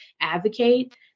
advocate